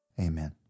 amen